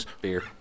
Beer